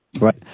Right